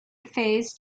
phase